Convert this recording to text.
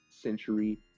century